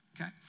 okay